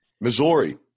Missouri